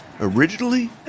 Originally